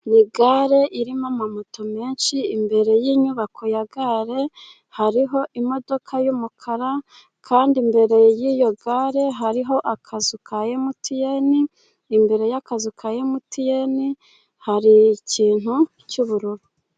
Ni gare irimo amamoto menshi, imbere y'inyubako ya gare, hariho imodoka y'umukara, kandi imbere y'iyo gare, hariho akazu ka emutiyeni, imbere y'akazu ka emutiyeni, hari ikintu cy'ubururu.